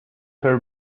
her